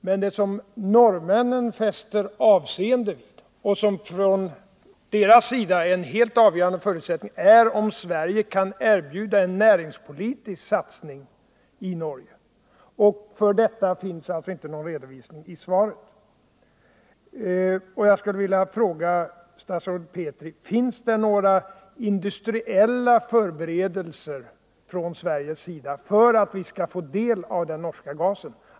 Men det som norrmännen fäster avseende vid och som från deras sida är en helt avgörande förutsättning är om Sverige kan erbjuda en näringspolitisk satsning i Norge. För detta finns alltså ingen redogörelse i svaret. Jag vill fråga statsrådet Petri: Finns det några industriella förberedelser från Sveriges sida för att vi skall få del av den norska gasen?